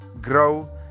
Grow